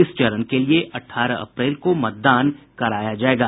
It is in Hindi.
इस चरण के लिए अठारह अप्रैल को मतदान कराया जाएगा